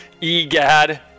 Egad